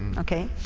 okay.